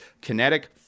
kinetic